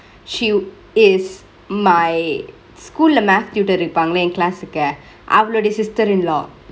she is my school le math tutor இருப்பாங்கல ஏன்:irupangkgale yen class கு அவளுடிய:ku avaludiye sister in law